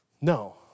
No